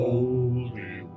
Holy